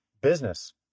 business